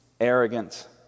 arrogant